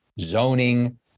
zoning